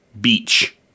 beach